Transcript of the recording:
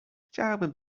chciałbym